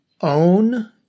own